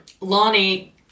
Lonnie